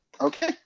Okay